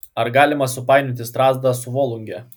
ar galima supainioti strazdą su volunge